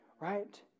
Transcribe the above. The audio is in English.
right